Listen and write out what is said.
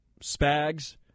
Spags